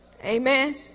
Amen